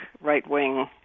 right-wing